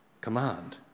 command